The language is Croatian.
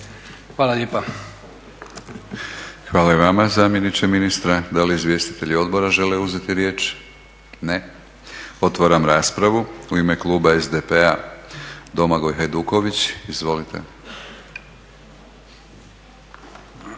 Milorad (HNS)** Hvala i vama zamjeniče ministra. Da li izvjestitelji odbora žele uzeti riječ? Ne. Otvaram raspravu. U ime kluba SDP-a, Domagoj Hajduković, izvolite.